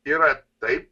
yra taip